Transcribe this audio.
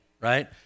right